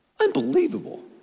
Unbelievable